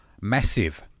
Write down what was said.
massive